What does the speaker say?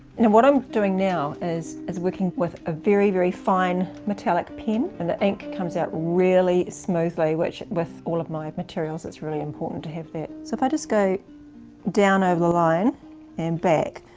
and what i'm doing now is is working with a very, very fine metallic pen, and the ink comes out really smoothly with all of my materials, it's really important to have that. so if i just go down over the line and back,